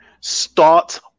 Start